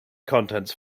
contents